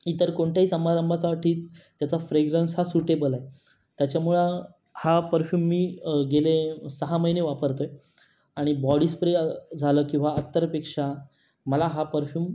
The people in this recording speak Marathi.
इतर कोणत्याही समारंभासाठी त्याचा फ्रेगरन्स हा सूटेबल आहे त्याच्यामुळं हा परफ्युम मी गेले सहा महिने वापरतो आहे आणि बॉडी स्प्रे झालं किंवा अत्तरपेक्षा मला हा परफ्युम